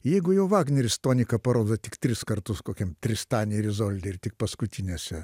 jeigu jau vagneris toniką parodo tik tris kartus kokiam tristane ir izoldoj ir tik paskutinėse